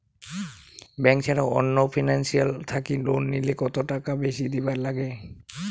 Bank ছাড়া অন্য financial থাকি লোন নিলে কতটাকা বেশি দিবার নাগে?